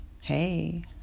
Hey